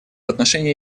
отношении